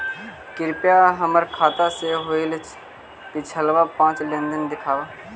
कृपा हमर खाता से होईल पिछला पाँच लेनदेन दिखाव